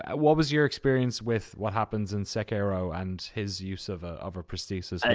ah what was your experience with what happens in sekiro and his use of ah of a prosthesis?